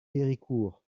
héricourt